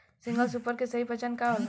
Single super के सही पहचान का होला?